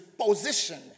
position